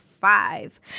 five